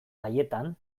haietan